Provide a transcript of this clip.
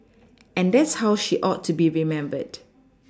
and that's how she ought to be remembered